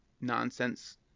nonsense